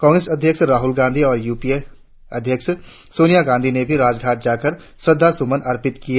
कांग्रेस अध्यक्ष राहुल गांधी और यूपिए अध्यक्ष सोनिया गांधी ने भी राजघाट जाकर श्रद्धासुमन अर्पित किए